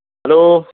hello